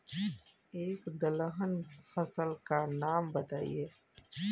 एक दलहन फसल का नाम बताइये